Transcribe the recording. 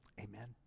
Amen